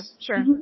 sure